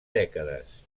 dècades